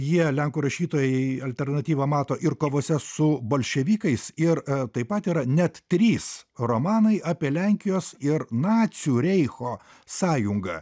jie lenkų rašytojai alternatyvą mato ir kovose su bolševikais ir taip pat yra net trys romanai apie lenkijos ir nacių reicho sąjungą